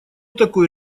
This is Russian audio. такой